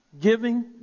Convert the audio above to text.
Giving